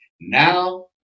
Now